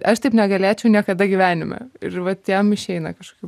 aš taip negalėčiau niekada gyvenime ir vat jam išeina kažkaip